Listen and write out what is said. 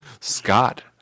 Scott